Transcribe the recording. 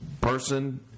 person